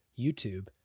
YouTube